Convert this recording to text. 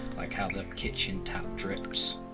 like how the kitchen tap drips.